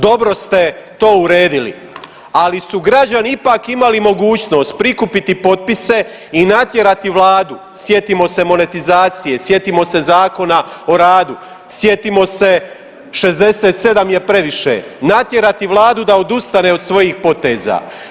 Dobro ste to uredili, ali su građani ipak imali mogućnost prikupiti potpise i natjerati vladu, sjetimo se monetizacije, sjetimo se Zakona o radu, sjetimo se 67 je previše, natjerati vladu da odustane od svojih poteza.